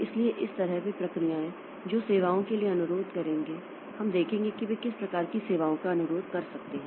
इसलिए इस तरह वे प्रक्रियाएं जो सेवाओं के लिए अनुरोध करेंगे हम देखेंगे कि वे किस प्रकार की सेवाओं का अनुरोध कर सकते हैं